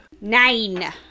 Nine